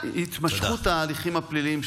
התמשכות ההליכים הפליליים,